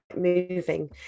moving